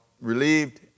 relieved